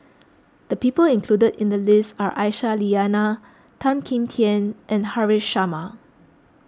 the people included in the list are Aisyah Lyana Tan Kim Tian and Haresh Sharma